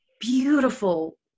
beautiful